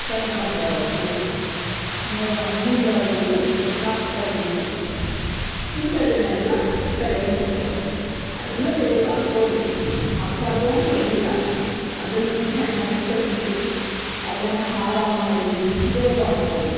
ಕನಕಾಂಬ್ರ ಹೂವು ಮುಲ್ಲ ಹೂವು ಕಾಕಡ ಹೂವು ಇಂಥದ್ದನ್ನೆಲ್ಲ ತಲೆಗೆ ಮುಡ್ಸ್ಕೊಳ್ತಾರೆ ಅದನ್ನು ದೇವ್ರ್ಗೆ ಹಾಕ್ಬೋದು ಹಾಕ್ಬಾರ್ದು ಅಂತೇನಿಲ್ಲ ಅದನ್ನೂ ಚೆನ್ನಾಗಿ ಕಟ್ಟಿ ಅದನ್ನ ಹಾರ ಮಾಡಿ ದೇವ್ರ್ಗೆ ಹಾಕ್ಬೋದು